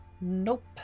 nope